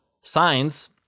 signs